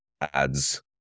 ads